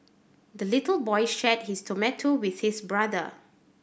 the little boy shared his tomato with his brother